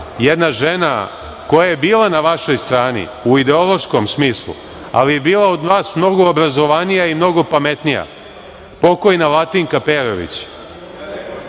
jedna žena koja je bila na vašoj strani u ideološkom smislu, ali je bila od vas mnogo obrazovanija i mnogo pametnija, pokojna Latinka Perović,